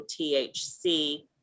THC